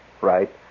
right